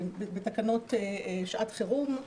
בתקנות שעת חירום,